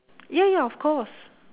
ya ya of course